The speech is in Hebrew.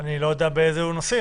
אני לא יודע באילו נושאים.